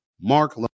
mark